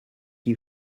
you